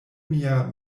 mia